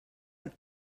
ein